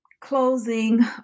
closing